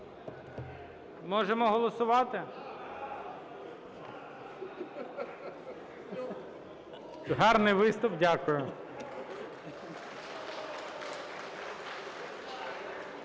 Можемо голосувати? Гарний виступ, дякую.